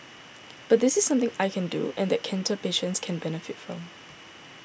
but this is something I can do and that cancer patients can benefit from